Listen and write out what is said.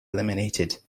eliminated